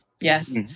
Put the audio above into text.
Yes